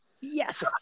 yes